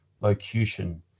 locution